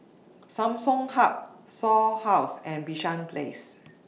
Samsung Hub Shaw House and Bishan Place